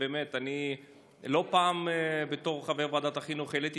ובאמת אני לא פעם בתור חבר ועדת החינוך העליתי